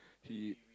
he